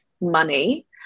money